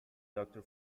doctor